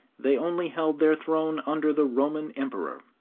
they only held their throne under the roman emperor.